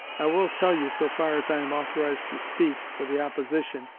i will tell you, so far as i am authorized to speak for the opposition,